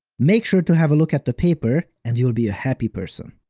make sure to have a look at the paper and you'll be a happy person.